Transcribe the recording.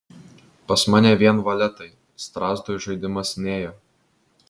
pas mane vien valetai strazdui žaidimas nėjo